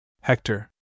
Hector